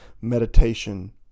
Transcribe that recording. meditation